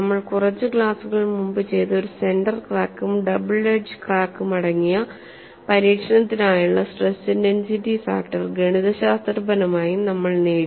നമ്മൾ കുറച്ച് ക്ലാസുകൾ മുൻപ് ചെയ്ത ഒരു സെന്റർ ക്രാക്കും ഡബിൾ എഡ്ജ് ക്രാക്കും അടങ്ങിയ പരീക്ഷണത്തിനായുള്ള സ്ട്രെസ് ഇന്റെൻസിറ്റി ഫാക്ടർ ഗണിതശാസ്ത്രപരമായി നമ്മൾ നേടി